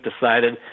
decided